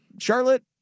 Charlotte